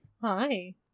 hi